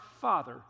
Father